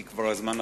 כי הזמן כבר עבר,